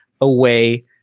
away